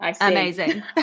amazing